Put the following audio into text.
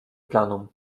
planom